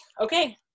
okay